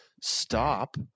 stop